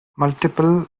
multiple